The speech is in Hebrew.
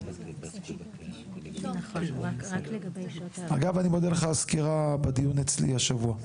אני מודה לך על הסקירה בדיון אצלי בשבוע.